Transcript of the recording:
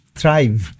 thrive